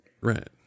Right